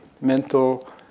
mental